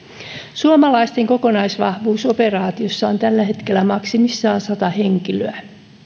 suomalaisten kokonaisvahvuus operaatiossa on tällä hetkellä maksimissaan sata henkilöä